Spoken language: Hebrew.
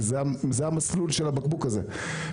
כי זה המסלול של הבקבוק הזה.